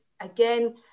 again